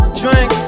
drink